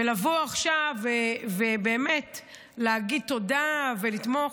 לבוא עכשיו ובאמת להגיד תודה ולתמוך,